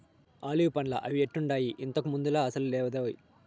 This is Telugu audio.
ఆలివ్ పండ్లా అవి ఎట్టుండాయి, ఇంతకు ముందులా అసలు లేదోయ్